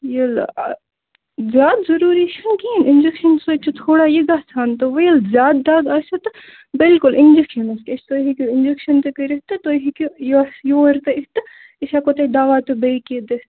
ییٚلہٕ زیادٕ ضروٗری چھِنہٕ کِہیٖنٛۍ اِنٛجَکشَن سۭتۍ چھِ تھوڑا یہِ گژھان دوٚپمو ییٚلہِ زیادٕ دَگ آسٮ۪و تہٕ بِلکُل اِنٛجَکشَن حظ گژھِ تُہۍ ہٮ۪کِو اِنٛجَکشَن تہِ کٔرِتھ تہٕ تُہۍ ہیٚکِو یتھ یوٗرۍ تہٕ اِتھ تہٕ أسۍ ہٮ۪کو تۄہہِ دَوا تہٕ بیٚیہِ کیٚنٛہہ دِتھ